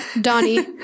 Donnie